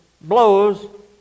blows